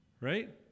Right